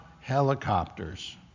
helicopters